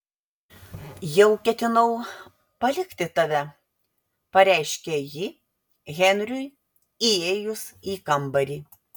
jau ketinau palikti tave pareiškė ji henriui įėjus į kambarį